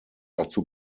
dazu